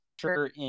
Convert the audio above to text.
sure